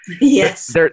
Yes